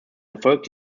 erfolg